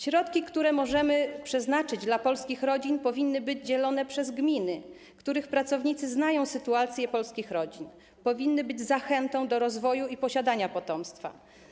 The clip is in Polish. Środki, które możemy przeznaczyć dla polskich rodzin, powinny być dzielone przez gminy, których pracownicy znają sytuację polskich rodzin, powinny być zachętą do rozwoju i posiadania potomstwa.